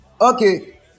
Okay